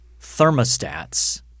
thermostats